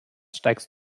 steigst